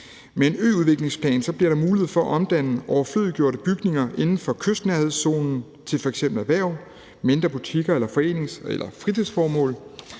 Med en øudviklingsplan bliver der mulighed for at omdanne overflødiggjorte bygninger inden for kystnærhedszonen til f.eks. erhverv, mindre butikker eller forenings- eller fritidsformål.